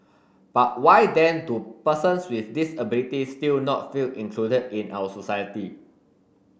but why then do persons with disabilities still not feel included in our society